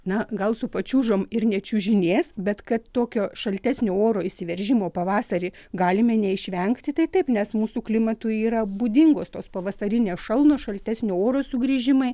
na gal su pačiūžom ir nečiuožinės bet kad tokio šaltesnio oro įsiveržimo pavasarį galime neišvengti tai taip nes mūsų klimatui yra būdingos tos pavasarinės šalnos šaltesnių orų sugrįžimai